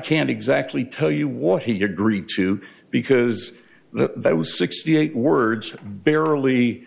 can't exactly tell you what he agreed to because that was sixty eight words barely